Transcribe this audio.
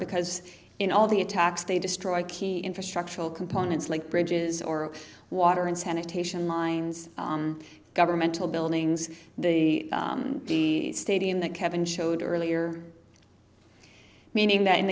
because in all the attacks they destroyed key infrastructural components like bridges or water and sanitation lines governmental buildings the stadium that kevin showed earlier meaning that in